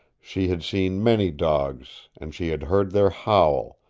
she had seen many dogs, and she had heard their howl,